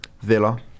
Villa